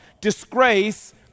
disgrace